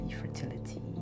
fertility